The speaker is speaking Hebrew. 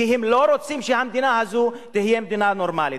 כי הם לא רוצים שהמדינה הזו תהיה מדינה נורמלית.